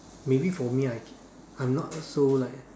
maybe for me I I'm not so like